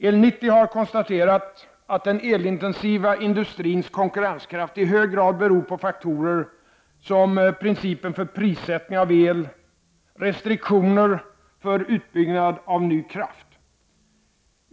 EL 90 har konstaterat att den elintensiva industrins konkurrenskraft i hög grad beror på faktorer som principen för prissättning av el och restriktioner för utbyggnad av ny kraft.